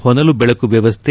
ಹೊನಲು ದೆಳಕು ವ್ಯವಸ್ಥೆ